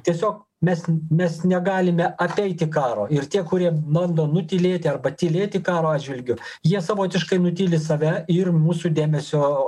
tiesiog mes mes negalime apeiti karo ir tie kurie bando nutylėti arba tylėti karo atžvilgiu jie savotiškai nutyli save ir mūsų dėmesio